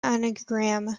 anagram